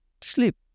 sleep